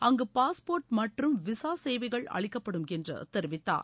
அங்கு பாஸ்போர்ட் மற்றும் விசா சேவைகள் அளிக்கப்படும் என்று தெரிவித்தார்